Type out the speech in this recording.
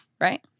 right